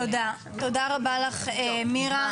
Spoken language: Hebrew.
תודה רבה לך, מירה.